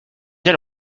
elle